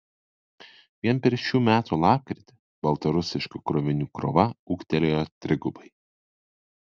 vien per šių metų lapkritį baltarusiškų krovinių krova ūgtelėjo trigubai